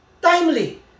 timely